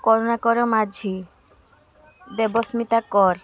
କରୁଣାକର ମାଝୀ ଦେବସ୍ମିତା କର